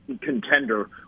contender